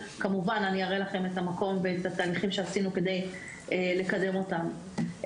כמובן אני אראה לכם את המקום ואת התהליכים שעשינו כדי לקדם אותם.